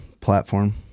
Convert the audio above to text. platform